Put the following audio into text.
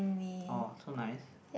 orh so nice